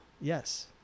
Yes